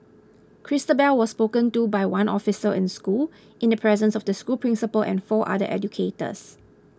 Christabel was spoken to by one officer in school in the presence of the school principal and four other educators